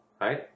right